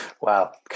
Wow